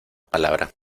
palabra